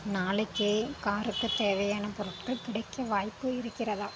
நாளைக்கே காருக்கு தேவையான பொருட்கள் கிடைக்க வாய்ப்பு இருக்கிறதா